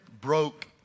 broke